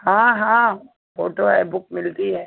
हाँ हाँ फोटो है बुक मिलती है